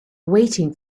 waiting